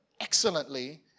excellently